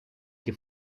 che